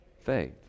faith